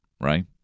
right